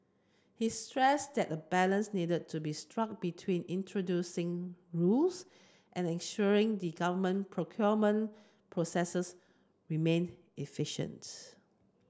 he stressed that a balance needed to be struck between introducing rules and ensuring the government procurement processes remain efficient